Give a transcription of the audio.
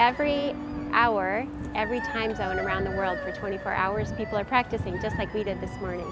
every hour every time zone around the world for twenty four hours people are practicing just like we did this morning